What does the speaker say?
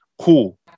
cool